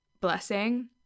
blessing